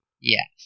Yes